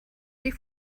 die